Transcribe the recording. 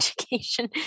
education